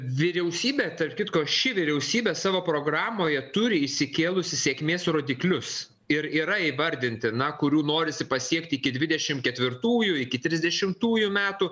vyriausybė tarp kitko ši vyriausybė savo programoje turi išsikėlusi sėkmės rodiklius ir yra įvardinti na kurių norisi pasiekti iki dvidešim ketvirtųjų iki trisdešimtųjų metų